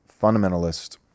fundamentalist